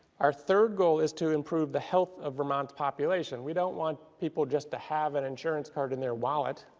our third goal is to improve the health of vermont as population. we don't want people just to have an insurance card in their wallet,